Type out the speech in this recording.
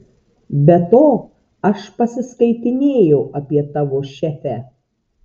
be to aš pasiskaitinėjau apie tavo šefę